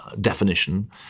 definition